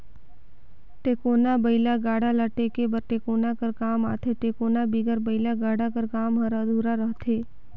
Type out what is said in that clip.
टेकोना बइला गाड़ा ल टेके बर टेकोना कर काम आथे, टेकोना बिगर बइला गाड़ा कर काम हर अधुरा रहथे